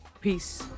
peace